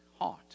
heart